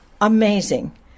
Amazing